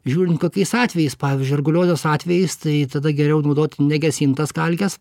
žiūrint kokiais atvejais pavyzdžiui arguliozės atvejais tai tada geriau naudoti negesintas kalkes